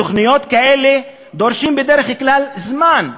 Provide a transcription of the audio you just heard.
תוכניות כאלה דורשות בדרך כלל זמן,